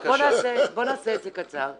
טוב, בוא נעשה את זה קצר.